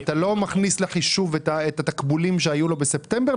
אתה לא מכניס לחישוב את התקבולים שהיו לו בספטמבר,